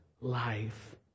life